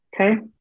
Okay